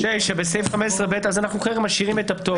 בסעיף 16ב לחוק העיקרי,